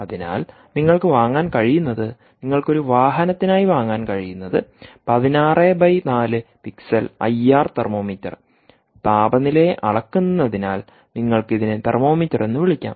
അതിനാൽ നിങ്ങൾക്ക് വാങ്ങാൻ കഴിയുന്നത് നിങ്ങൾക്ക് ഒരു വാഹനത്തിനായി വാങ്ങാൻ കഴിയുന്നത് 16 × 4 pixel pixel I R thermometer താപനിലയെ അളക്കുന്നതിനാൽ നിങ്ങൾക്ക് ഇതിനെ തെർമോമീറ്റർ എന്ന് വിളിക്കാം